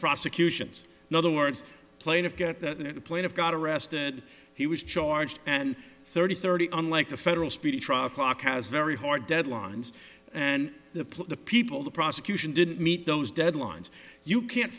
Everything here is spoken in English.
prosecutions in other words plaintiff get the plate of got arrested he was charged and thirty thirty unlike the federal speedy trial clock has very hard deadlines and the put the people the prosecution didn't meet those deadlines you can't